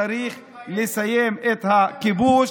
צריך לסיים את הכיבוש,